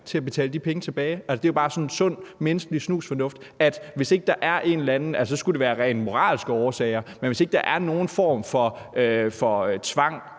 til at betale de penge tilbage. Det er bare sådan en sund, menneskelig snusfornuft. Så skulle det være af rent moralske årsager, men hvis ikke der er nogen form for tvang